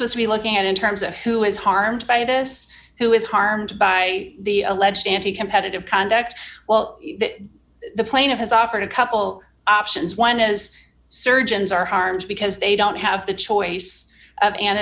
supposed to be looking at in terms of who is harmed by this who is harmed by the alleged anti competitive conduct well the plaintiff has offered a couple options one is surgeons are harmed because they don't have the choice